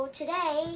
today